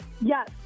Yes